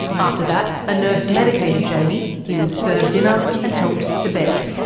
after that, a nurse medicated jaimie, he was served dinner and helped to bed.